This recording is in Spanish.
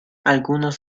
algunos